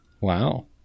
Wow